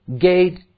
gate